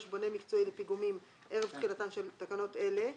בונה מקצועי לפיגומים ערב תחילתן של תקנות אלה,